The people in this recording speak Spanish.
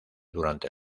durante